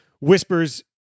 whispers